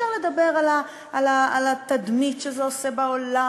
אפשר לדבר על התדמית שזה עושה בעולם,